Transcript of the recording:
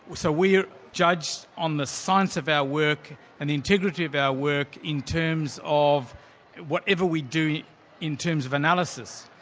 so we are judged on the science of our work and the integrity of our work in terms of whatever we do in terms of analysis.